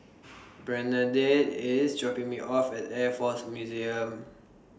Bernadette IS dropping Me off At Air Force Museum